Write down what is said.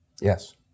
Yes